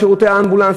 לשירותי האמבולנס,